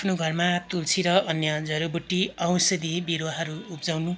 आफ्नो घरमा तुलसी र अन्य जरीबुट्टी औषधी बिरुवाहरू उप्जाउनु